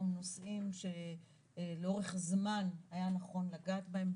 נושאים שלאורך זמן היה נכון לגעת בהם,